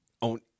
on